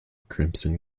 crimson